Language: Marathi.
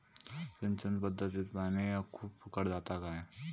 सिंचन पध्दतीत पानी खूप फुकट जाता काय?